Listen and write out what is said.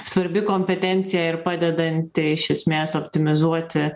svarbi kompetencija ir padedanti iš esmės optimizuoti